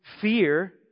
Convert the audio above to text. fear